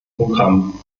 programmen